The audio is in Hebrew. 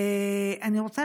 אני רוצה